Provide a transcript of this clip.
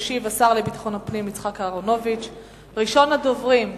הצעות לסדר-היום שמספרן 2089,